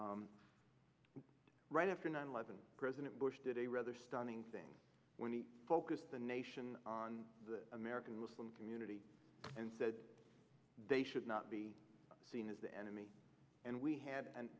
are right after nine eleven president bush did a rather stunning thing when he focused the nation on the american muslim community and said they should not be seen as the enemy and we had an